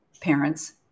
parents